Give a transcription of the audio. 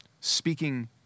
Speaking